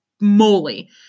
moly